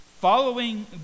Following